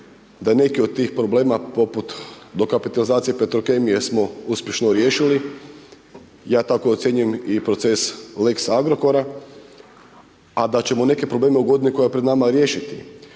da neki od tih problema poput dokapitalizacije Petrokemije smo uspješno riješili. Ja tako ocjenjujem i proces lex Agrokora, a da ćemo neke probleme u godini koja je pred nama i riješiti.